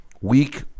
week